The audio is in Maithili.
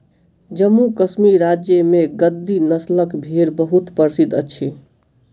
जम्मू कश्मीर राज्य में गद्दी नस्लक भेड़ बहुत प्रसिद्ध अछि